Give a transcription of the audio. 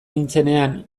nintzenean